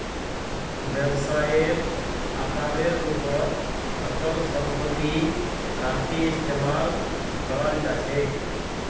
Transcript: व्यवसायेर आकारेर रूपत अचल सम्पत्ति काफी इस्तमाल कराल जा छेक